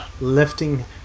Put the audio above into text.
lifting